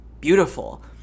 Beautiful